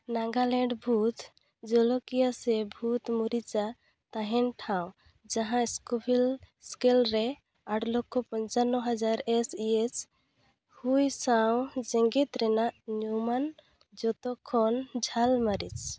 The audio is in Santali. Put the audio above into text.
ᱱᱟᱜᱟᱞᱮᱱᱰ ᱵᱷᱩᱛ ᱡᱳᱞᱳᱠᱤᱭᱟᱹ ᱥᱮ ᱵᱷᱩᱛ ᱢᱚᱨᱤᱪᱟᱜ ᱛᱟᱦᱮᱱ ᱴᱷᱟᱶ ᱡᱟᱦᱟᱸ ᱥᱠᱳᱵᱷᱤᱞ ᱥᱠᱮᱞᱨᱮ ᱟᱴ ᱞᱚᱠᱠᱷᱚ ᱯᱚᱧᱪᱟᱱᱱᱚ ᱦᱟᱡᱟᱨ ᱮᱥ ᱮᱭᱤᱪ ᱦᱩᱭ ᱥᱟᱶ ᱡᱮᱜᱮᱫ ᱨᱮᱱᱟᱜ ᱧᱩᱢᱟᱱ ᱡᱚᱛᱚ ᱠᱷᱚᱱ ᱡᱷᱟᱞ ᱢᱟᱹᱨᱤᱪ